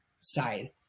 side